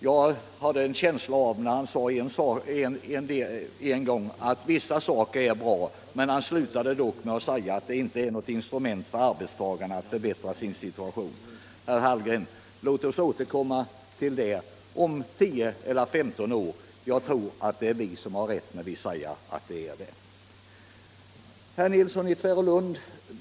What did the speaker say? Herr Hallgren sade på en punkt i sitt anförande att vissa saker i lagförslaget är bra, men han slutade med att förklara att medbestämmandelagen inte är något instrument för arbetstagarna att förbättra sin situation. Herr Hallgren, låt oss återkomma till den om tio eller femton år. Jag tror att det är vi som har rätt, när vi säger att det förhåller sig precis tvärtom.